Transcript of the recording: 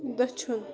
دٔچھُن